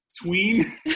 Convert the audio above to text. tween